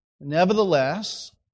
Nevertheless